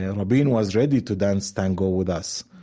and rabin was ready to dance tango with us.